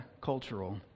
cultural